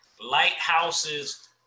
lighthouses